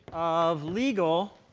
of legal